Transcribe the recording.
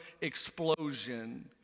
Explosion